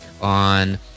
on